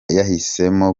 yahisemo